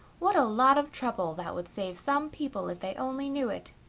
what a lot of trouble that would save some people if they only knew it.